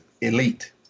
elite